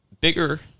bigger